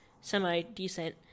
semi-decent